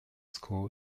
school